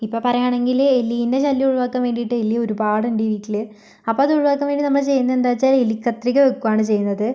ഇപ്പോൾ പറയുകയാണെങ്കിൽ എലീൻ്റെ ശല്യം ഒഴിവാക്കാൻ വേണ്ടിയിട്ട് എലി ഒരുപാടുണ്ട് ഈ വീട്ടിൽ അപ്പോൾ അതൊഴിവാക്കാൻ വേണ്ടി നമ്മൾ ചെയ്യുന്നതെന്താണെന്ന് വച്ചാൽ എലിക്കത്രിക വയ്ക്കുകയാണ് ചെയ്യുന്നത്